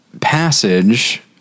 passage